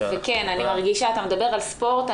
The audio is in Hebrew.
כן, אני מרגישה, אתה מדבר על ספורט.